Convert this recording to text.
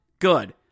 Good